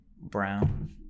brown